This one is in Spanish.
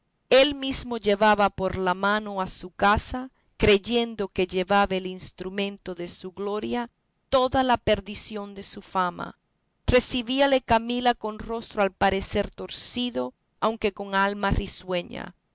él mismo llevó por la mano a su casa creyendo que llevaba el instrumento de su gloria toda la perdición de su fama recebíale camila con rostro al parecer torcido aunque con alma risueña